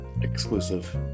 exclusive